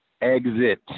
exit